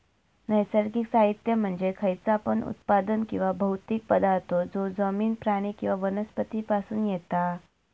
नैसर्गिक साहित्य म्हणजे खयचा पण उत्पादन किंवा भौतिक पदार्थ जो जमिन, प्राणी किंवा वनस्पती पासून येता